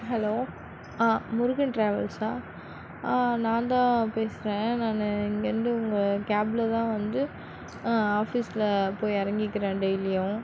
hello Murugan டிராவல்ஸா நான் தான் பேசுகிறேன் நான் இங்கேருந்து உங்கள் கேபில் தான் வந்து ஆஃபீஸில் போய் இறங்கிக்கிறேன் டெய்லியும்